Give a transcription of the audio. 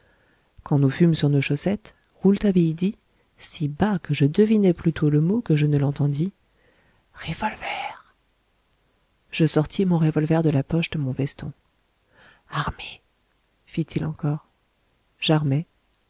quand nous fûmes sur nos chaussettes rouletabille dit si bas que je devinai plutôt le mot que je ne l'entendis revolver je sortis mon revolver de la poche de mon veston armez fit-il encore j'armai